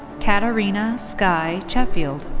katarina skye sheffield.